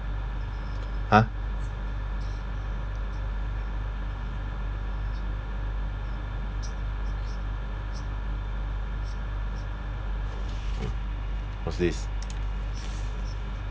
!huh! hmm what's this